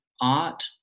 art